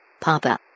Papa